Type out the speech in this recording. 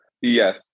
Yes